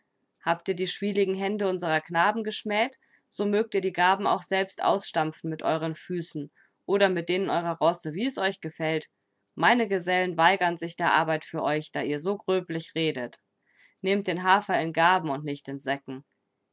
habt ihr die schwieligen hände unserer knaben geschmäht so mögt ihr die garben auch selbst ausstampfen mit euren füßen oder mit denen eurer rosse wie es euch gefällt meine gesellen weigern sich der arbeit für euch da ihr so gröblich redet nehmt den hafer in garben und nicht in säcken